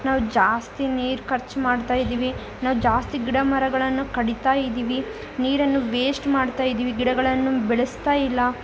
ನಾವು ಜಾಸ್ತಿ ನೀರು ಖರ್ಚು ಮಾಡ್ತಾ ಇದ್ದೀವಿ ನಾವು ಜಾಸ್ತಿ ಗಿಡಮರಗಳನ್ನು ಕಡಿತಾ ಇದ್ದೀವಿ ನೀರನ್ನು ವೇಶ್ಟ್ ಮಾಡ್ತಾ ಇದ್ದೀವಿ ಗಿಡಗಳನ್ನು ಬೆಳೆಸ್ತಾ ಇಲ್ಲ